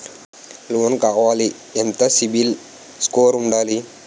Loan కావాలి ఎంత CIBIL score ఉండాలి?